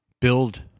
Build